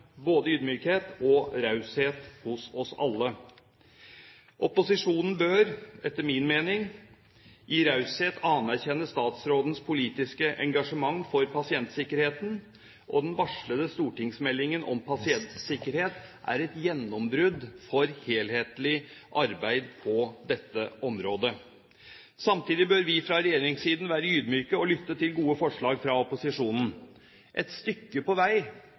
både ydmykhet og raushet hos oss alle. Opposisjonen bør etter min mening gi raushet, anerkjenne statsrådens politiske engasjement for pasientsikkerheten. Den varslede stortingsmeldingen om pasientsikkerhet er et gjennombrudd for helhetlig arbeid på dette området. Samtidig bør vi fra regjeringssiden være ydmyke og lytte til gode forslag fra opposisjonen. Et stykke på vei